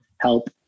help